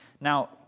Now